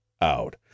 out